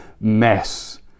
mess